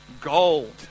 gold